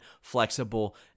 flexible